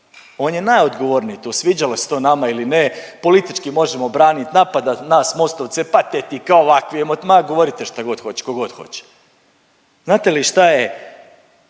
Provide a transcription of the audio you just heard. on je najodgovorniji, to sviđalo se to nama ili ne, politički možemo branit, napad na nas Mostovce, patetika, ovakvi, ma govorite šta god hoće, ko god hoće. Znate li šta je